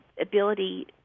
ability